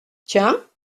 tiens